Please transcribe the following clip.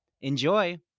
Enjoy